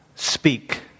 Speak